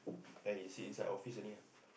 then you sit inside office only ah